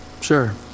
Sure